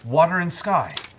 water and sky.